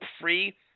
free –